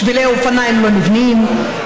שבילי אופניים לא נבנים,